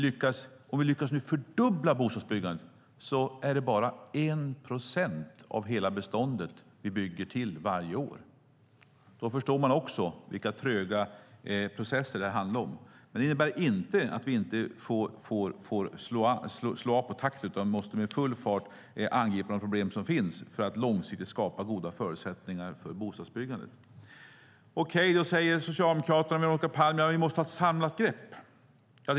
Lyckas vi fördubbla bostadsbyggandet är det ändå bara 1 procent av hela beståndet som vi bygger till varje år. Då förstår man vilka tröga processer det handlar om. Det innebär dock inte att vi kan slå av på takten, utan vi måste med full fart angripa de problem som finns för att långsiktigt skapa goda förutsättningar för bostadsbyggandet. Okej, säger Socialdemokraterna och Veronica Palm, men vi måste ha ett samlat grepp.